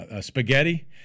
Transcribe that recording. spaghetti